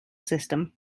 system